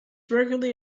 regularly